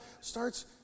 starts